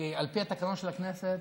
על פי התקנון של הכנסת,